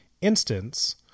instance